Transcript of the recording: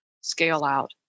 scale-out